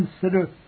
consider